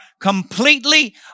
completely